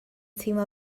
teimlo